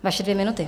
Vaše dvě minuty.